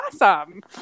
awesome